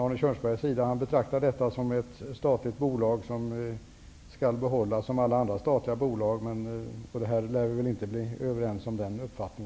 Arne Kjörnsberg betraktar dessa som statliga bolag som skall behållas statliga som alla andra statliga företag. Vi lär inte bli överens om den saken.